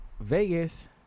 Vegas